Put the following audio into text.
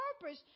purpose